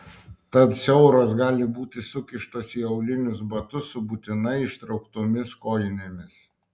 tad siauros gali būti sukištos į aulinius batus su būtinai ištrauktomis kojinėmis